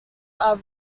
are